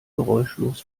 geräuschlos